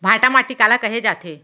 भांटा माटी काला कहे जाथे?